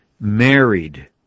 married